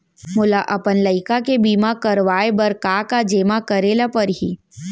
मोला अपन लइका के बीमा करवाए बर का का जेमा करे ल परही?